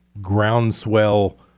groundswell